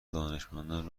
دانشمندان